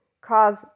cause